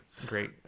great